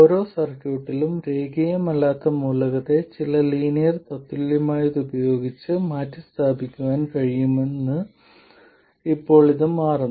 ഓരോ സർക്യൂട്ടിലും രേഖീയമല്ലാത്ത മൂലകത്തെ ചില ലീനിയർ തത്തുല്യമായത് ഉപയോഗിച്ച് മാറ്റിസ്ഥാപിക്കാൻ കഴിയുമെന്ന് ഇപ്പോൾ ഇത് മാറുന്നു